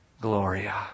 gloria